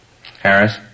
Harris